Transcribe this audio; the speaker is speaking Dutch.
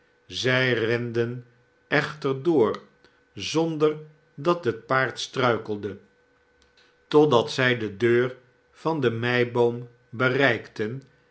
zij renden echter door zonder dat het paard struikelde totdat zij de deur van de meiboom bereikten